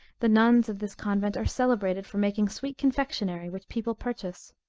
the nuns of this convent are celebrated for making sweet confectionary, which people purchase.